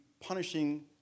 punishing